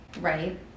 Right